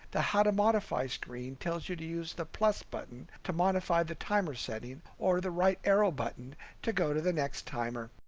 the how to modify screen tells you to use the pause button to modify the timer setting or the right arrow button to go to the next timer.